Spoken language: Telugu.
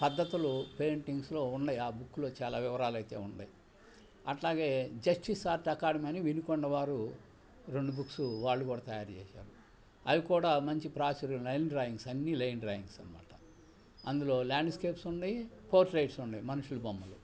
పద్ధతులు పెయింటింగ్స్లో ఉన్నాయి ఆ బుక్లో చాలా వివరాాలైతే ఉండయి అట్లాగే జస్టిస్ ఆర్ట్ అకాడమీ అని వినుకొండ వారు రెండు బుక్స్ వాళ్ళు కూడా తయారు చేశారు అవి కూడా మంచి ప్రాచుర్యం లైన్ డ్రాయింగ్స్ అన్ని లైన్ డ్రాయింగ్స్ అనమాట అందులో ల్యాండ్స్కేప్స్ ఉన్నాయి పోట్రెట్స్ ఉన్నాయి మనుషుల బొమ్మలు